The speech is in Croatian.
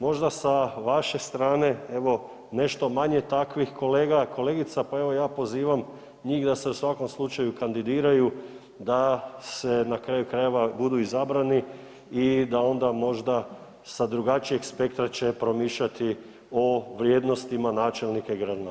Možda sa vaše strane evo nešto manje takvih kolega i kolegica, pa evo ja pozivam njih da se u svakom slučaju kandidiraju, da se na kraju krajeva budu izabrani i da onda možda sa drugačijeg spektra će promišljati o vrijednostima načelnika i gradonačelnika.